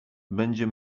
będzie